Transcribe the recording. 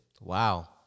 Wow